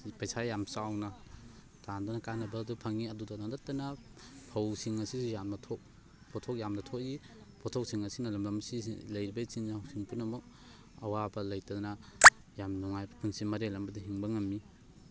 ꯄꯩꯁꯥ ꯌꯥꯝ ꯆꯥꯎꯅ ꯇꯥꯟꯗꯨꯅ ꯀꯥꯟꯅꯕ ꯑꯗꯨ ꯐꯪꯉꯤ ꯑꯗꯨꯗ ꯅꯠꯇꯅ ꯐꯧꯁꯤꯡ ꯑꯁꯤꯁꯨ ꯌꯥꯝꯅ ꯄꯣꯊꯣꯛ ꯌꯥꯝꯅ ꯊꯣꯛꯏ ꯄꯣꯊꯣꯛꯁꯤꯡ ꯑꯁꯤꯅ ꯂꯝꯗꯝ ꯂꯩꯔꯤꯕ ꯏꯆꯤꯜ ꯏꯅꯥꯎꯁꯤꯡ ꯄꯨꯝꯅꯃꯛ ꯑꯋꯥꯕ ꯂꯩꯇꯅ ꯌꯥꯝ ꯅꯨꯡꯉꯥꯏꯕ ꯄꯨꯟꯁꯤ ꯃꯔꯦꯜ ꯑꯃꯗ ꯍꯤꯡꯕ ꯉꯝꯃꯤ